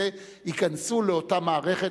ייכנסו לאותה מערכת,